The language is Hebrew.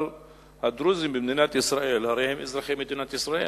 אבל הדרוזים במדינת ישראל הרי הם אזרחי מדינת ישראל.